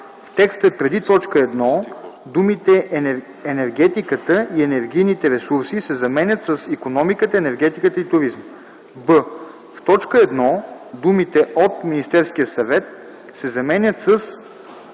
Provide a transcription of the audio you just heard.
в текста преди т. 1 думите „енергетиката и енергийните ресурси” се заменят с „икономиката, енергетиката и туризма”; б) в т. 1 думите „от Министерския съвет” се заменят със